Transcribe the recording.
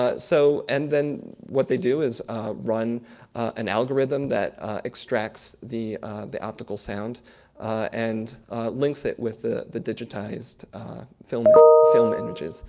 ah so and then what they do is run an algorithm that extracts the the optical sound and links it with the the digitized film film images.